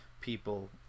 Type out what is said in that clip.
people